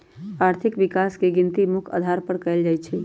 आर्थिक विकास के गिनती मुख्य अधार पर कएल जाइ छइ